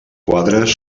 quadres